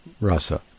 rasa